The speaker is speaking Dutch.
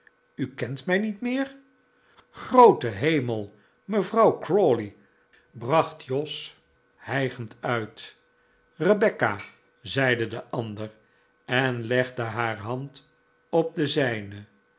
u kent mij niet meer groote hemel mevrouw crawley bracht jos hijgend uit rebecca zeide de ander en legde haar hand op de zijne